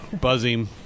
Buzzing